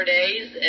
days